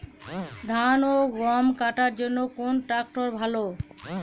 ধান ও গম কাটার জন্য কোন ট্র্যাক্টর ভালো?